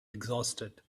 exhausted